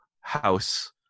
house